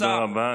תודה רבה.